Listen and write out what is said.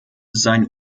seinen